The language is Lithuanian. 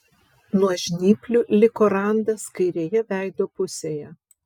nuo žnyplių liko randas kairėje veido pusėje